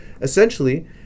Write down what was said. Essentially